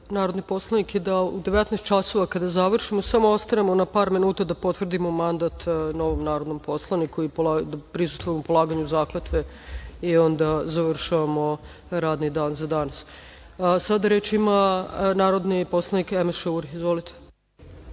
narodne poslanike da u 19 časova kada završimo samo ostanemo na par minuta da potvrdimo mandat novom narodnom poslaniku i da prisustvujemo polaganju zakletve i onda završavamo radni dan za danas. Sada reč ima narodni poslanik Emeše Uri. Izvolite.